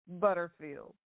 Butterfield